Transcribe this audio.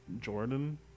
Jordan